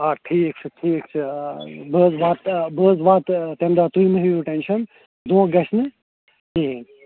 آ ٹھیک چھُ ٹھیک چھُ آ بہٕ حظ واتہٕ بہٕ حظ واتہٕ تَمہِ دۄہ تُہۍ مہٕ ہیٚیِو ٹینشَن دھۄنکہٕ گَژھِ نہٕ کِہِنۍ